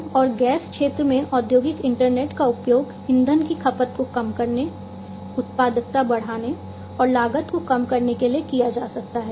तेल और गैस क्षेत्र में औद्योगिक इंटरनेट का उपयोग ईंधन की खपत को कम करने उत्पादकता बढ़ाने और लागत को कम करने के लिए किया जा सकता है